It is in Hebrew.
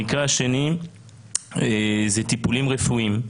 המקרה השני זה טיפולים רפואיים.